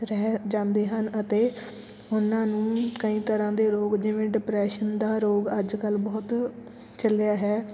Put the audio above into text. ਰਹਿ ਜਾਂਦੇ ਹਨ ਅਤੇ ਉਨਾਂ ਨੂੰ ਕਈ ਤਰ੍ਹਾਂ ਦੇ ਰੋਗ ਜਿਵੇਂ ਡਿਪਰੈਸ਼ਨ ਦਾ ਰੋਗ ਅੱਜ ਕੱਲ੍ਹ ਬਹੁਤ ਚੱਲਿਆ ਹੈ